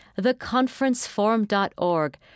theconferenceforum.org